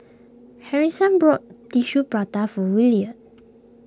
Harrison brought Tissue Prata for Williard